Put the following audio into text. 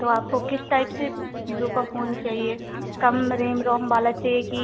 तो आपको किस टाइप के बिवो का फोन चाहिए कम रैम रोम वाला चाहिए कि